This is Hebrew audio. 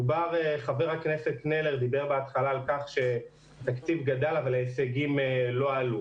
חבר הכנסת קלנר דיבר בהתחלה על כך שהתקציב גדל אבל ההישגים לא עלו.